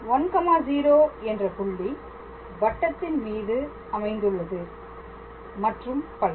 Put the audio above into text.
10 என்ற புள்ளி வட்டத்தின் மீது அமைந்துள்ளது மற்றும் பல